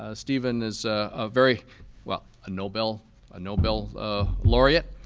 ah steven is a very well, a nobel ah nobel ah laureate,